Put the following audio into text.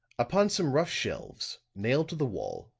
upon some rough shelves, nailed to the wall,